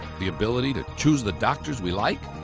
the ability to choose the doctors we like?